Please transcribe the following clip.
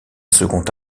second